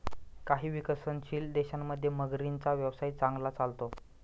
काही विकसनशील देशांमध्ये मगरींचा व्यवसाय चांगला चालतो